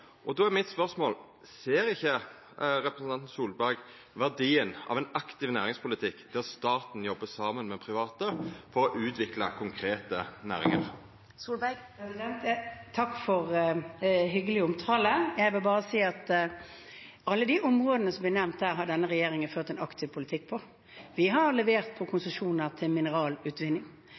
er mitt spørsmål: Ser ikkje representanten Solberg verdien av ein aktiv næringspolitikk der staten jobbar saman med private for å utvikla konkrete næringar? Takk for hyggelig omtale. Jeg vil bare si at på alle de områdene som blir nevnt her, har denne regjeringen ført en aktiv politikk. Vi har levert på konsesjoner til mineralutvinning.